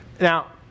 Now